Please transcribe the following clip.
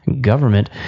government